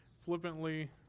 flippantly